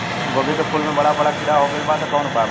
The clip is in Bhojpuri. गोभी के फूल मे बड़ा बड़ा कीड़ा हो गइलबा कवन उपाय बा?